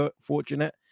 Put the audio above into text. fortunate